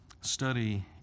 study